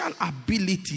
ability